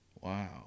Wow